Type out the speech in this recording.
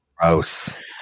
Gross